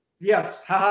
Yes